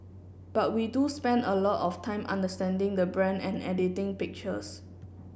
but we do spend a lot of time understanding the brand and editing pictures